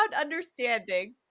understanding